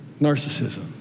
narcissism